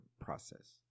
process